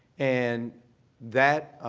and that,